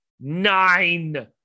Nine